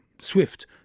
swift